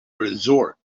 resort